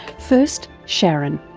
first, sharon.